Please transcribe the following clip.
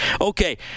Okay